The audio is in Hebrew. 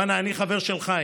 הוא ענה: אני חבר של חיים,